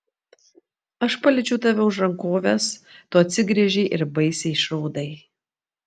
aš paliečiau tave už rankovės tu atsigręžei ir baisiai išraudai